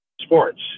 sports